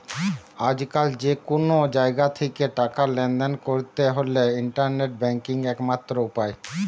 আজকাল যে কুনো জাগা থিকে টাকা লেনদেন কোরতে হলে ইন্টারনেট ব্যাংকিং একমাত্র উপায়